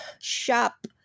shop